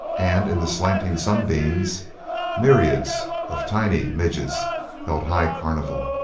and in the slanting sunbeams myriads of tiny midges held high carnival.